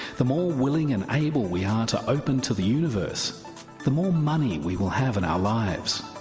the more willing and able we are to open to the universe the more money we will have in our lives.